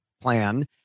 plan